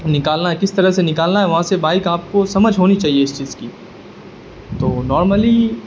نکالنا ہے کس طرح سے نکالنا ہے وہاں سے بائک آپ کو سمجھ ہونی چاہیے اس چیز کی تو نارملی